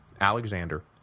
Alexander